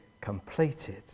completed